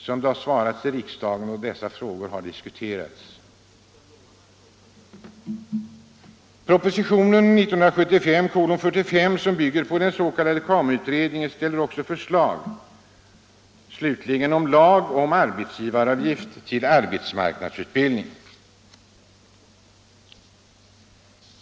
Så har man svarat från ansvarigt håll när dessa frågor har diskuterats i riksdagen. Propositionen 1975:45, som bygger på förslag av KAMU, förordar också lagstiftning om arbetsgivaravgift till arbetsmarknadsutbildning.